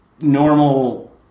normal